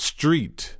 Street